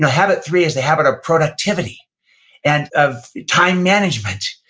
habit three is the habit of productivity and of time management,